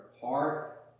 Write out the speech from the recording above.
heart